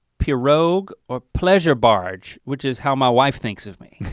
pirogue or pleasure barge which is how my wife thinks of me.